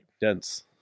dense